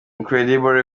incredible